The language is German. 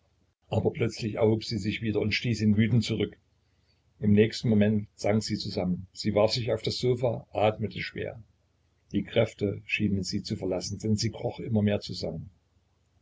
aber plötzlich erhob sie sich wieder und stieß ihn wütend zurück im nächsten moment sank sie zusammen sie warf sich auf das sofa atmete schwer die kräfte schienen sie zu verlassen denn sie kroch immer mehr zusammen